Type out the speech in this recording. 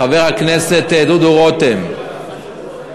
חבר הכנסת דודו רותם,